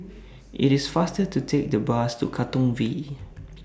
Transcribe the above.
IT IS faster to Take The Bus to Katong V